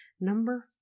Number